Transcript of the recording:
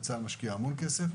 וצה"ל משקיע הרבה כסף,